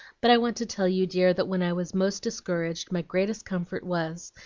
but i want to tell you, dear, that when i was most discouraged my greatest comfort was,